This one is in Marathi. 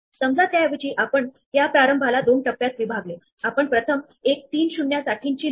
लक्षात ठेवा इथे आपल्या नेमींग कन्व्हेन्शन नुसार सेल 1 0 1 2 आणि 0 1 2 अशा आहेत आपल्याला वरच्या स्वेअर पासून सुरुवात करायची आहे